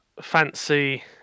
fancy